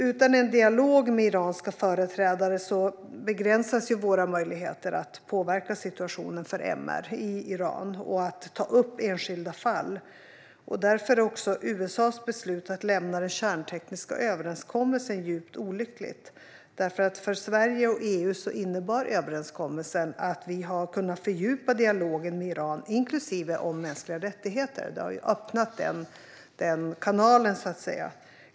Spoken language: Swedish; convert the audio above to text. Utan en dialog med iranska företrädare begränsas våra möjligheter att påverka situationen för MR i Iran och att ta upp enskilda fall. Därför är USA:s beslut att lämna den kärntekniska överenskommelsen djupt olyckligt. För Sverige och EU innebar överenskommelsen att vi har kunnat fördjupa dialogen med Iran, inklusive dialogen om mänskliga rättigheter. Den har öppnat denna kanal, så att säga.